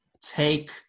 take